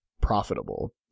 profitable